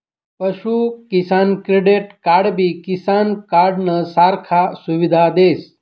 पशु किसान क्रेडिट कार्डबी किसान कार्डनं सारखा सुविधा देस